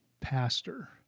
pastor